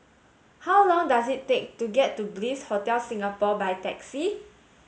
how long does it take to get to Bliss Hotel Singapore by taxi